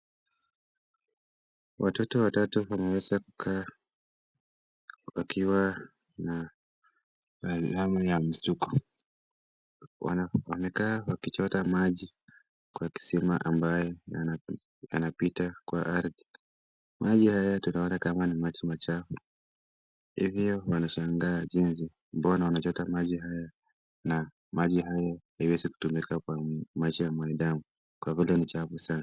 Watoto watatu waliweza kukaa wakiwa na alama ya mshtuko, wamekaa wakichota maji kwa kisima ambayo inapita kwa ardhi. Maji haya tunaona kama ni maji machafu, hivyo wanashangaa jinsi Mbona wanachota maji haya na maji haya haiwezi tumika kwa maisha ya binadamu kwa vile ni chafu sana.